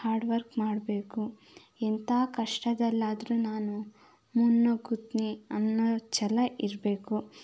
hard work ಮಾಡಬೇಕು ಎಂತ ಕಷ್ಟದಲ್ಲಾದರೂ ನಾನು ಮುನ್ನುಗ್ಗುತ್ತೀನಿ ಅನ್ನೊ ಛಲ ಇರಬೇಕು